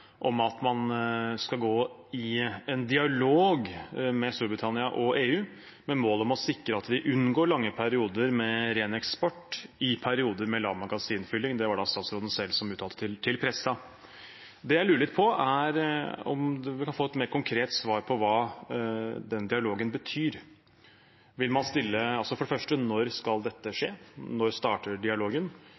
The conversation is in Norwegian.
om at man skal «gå i en dialog med Storbritannia og EU med mål om å sikre at vi unngår lange perioder med ren eksport i perioder med lav magasinfylling». Det var det statsråden selv som uttalte til pressen. Det jeg lurer litt på, er om vi kan få et mer konkret svar på hva den dialogen betyr. For det første: Når skal dette skje, når starter dialogen?